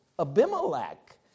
Abimelech